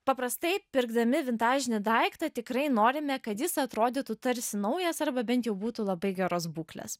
paprastai pirkdami vintažinį daiktą tikrai norime kad jis atrodytų tarsi naujas arba bent jau būtų labai geros būklės